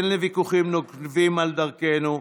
כן לוויכוחים נוקבים על דרכנו,